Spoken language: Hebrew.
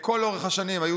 לכל אורך השנים היו